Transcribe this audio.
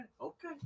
okay